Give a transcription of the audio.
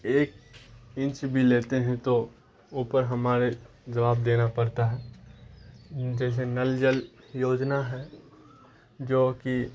ایک انچ بھی لیتے ہیں تو اوپر ہمارے جواب دینا پڑتا ہے جیسے نل جل یوجنا ہے جو کہ